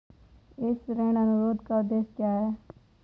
इस ऋण अनुरोध का उद्देश्य क्या है?